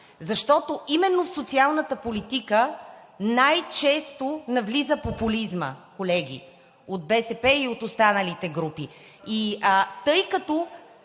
защото именно в социалната политика най-често навлиза популизмът, колеги от БСП и от останалите групи.